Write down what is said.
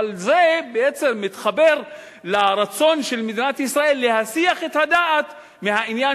אבל זה בעצם מתחבר לרצון של מדינת ישראל להסיח את הדעת מהעניין